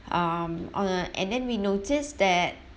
um on a and then we noticed that